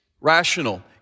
rational